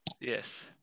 Yes